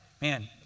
man